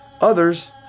Others